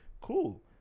Cool